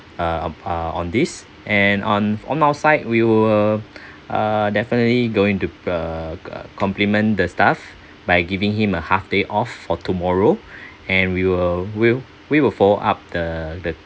uh uh on this and on on our side we will uh definitely going to uh compliment the staff by giving him a half day off for tomorrow and we will we'll we will follow up the the